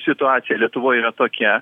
situacija lietuvoj yra tokia